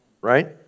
Right